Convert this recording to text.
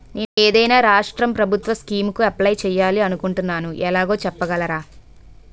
నేను ఏదైనా రాష్ట్రం ప్రభుత్వం స్కీం కు అప్లై చేయాలి అనుకుంటున్నా ఎలాగో చెప్పగలరా?